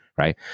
right